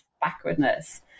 backwardness